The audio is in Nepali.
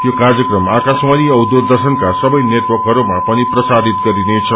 यो कार्यक्रम आाकाशवाणी औ दूरदश्रनका सबे नेटवर्कहरूमा पनि प्रसारित गरिनेछ